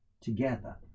together